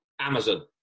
Amazon